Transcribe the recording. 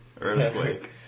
Earthquake